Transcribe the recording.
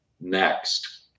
Next